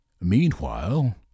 Meanwhile